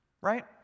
right